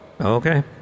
okay